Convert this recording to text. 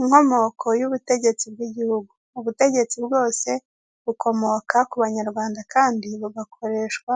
Inkomoko y'ubutegetsi bw'igihugu; ubutegetsi bwose bukomoka ku banyarwanda, kandi bugakoreshwa